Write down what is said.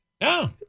no